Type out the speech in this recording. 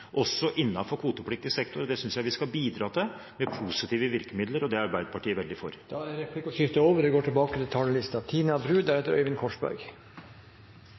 også innenfor kvotepliktig sektor. Det synes jeg vi skal bidra til med positive virkemidler, og det er Arbeiderpartiet veldig for. Replikkordskiftet er over.